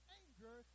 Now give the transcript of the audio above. anger